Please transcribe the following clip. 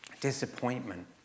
Disappointment